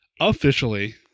officially